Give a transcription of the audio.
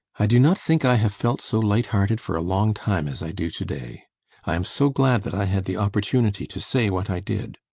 i do not think i have felt so light-hearted for a long time as i do to-day. i am so glad that i had the opportunity to say what i did.